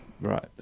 Right